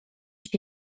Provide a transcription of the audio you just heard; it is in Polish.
się